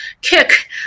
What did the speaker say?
kick